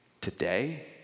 today